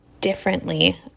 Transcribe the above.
differently